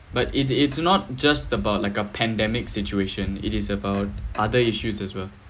but it's it's not just about like a pandemic situation it is about other issues as well